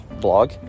blog